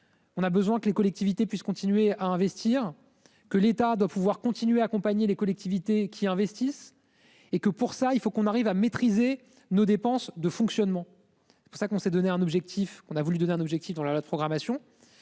On a besoin que les collectivités puissent continuer à investir, que l'État doit pouvoir continuer à accompagner les collectivités qui investissent et que pour ça il faut qu'on arrive à maîtriser nos dépenses de fonctionnement pour ça qu'on s'est donné un objectif qu'on a voulu donner un objectif dans la loi de programmation.